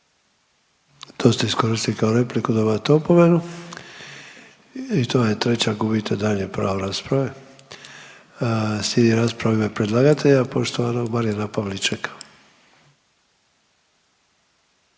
To ste iskoristili kao repliku dobivate opomenu i to je treća gubite daljnje pravo rasprave. Slijedi rasprava u ime predlagatelja, poštovanog Marijana Pavličeka.